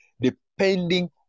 depending